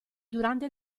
durante